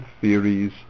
theories